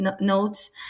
notes